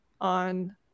on